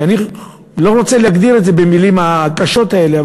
ואני לא רוצה להגדיר את זה במילים הקשות האלה,